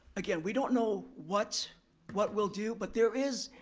again, we don't know what what we'll do, but there is,